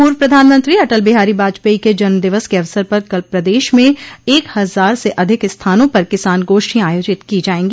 पूर्व प्रधानमंत्री अटल बिहारी बाजपेई के जन्मदिवस के अवसर पर कल प्रदेश में एक हजार से अधिक स्थानों पर किसान गोष्ठियां आयोजित की जायेंगी